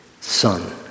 son